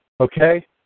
Okay